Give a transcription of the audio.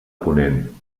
ponent